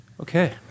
Okay